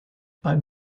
pas